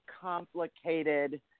complicated